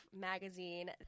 magazine